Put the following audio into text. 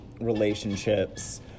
relationships